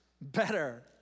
better